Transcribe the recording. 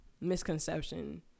misconception